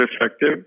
effective